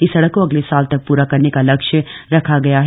इस सड़क को अगले साल तक पूरा करने का लक्ष्य रखा गया है